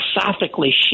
philosophically